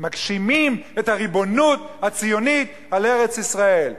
מגשימים את הריבונות הציונית על ארץ-ישראל.